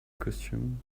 costumes